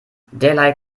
derlei